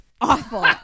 awful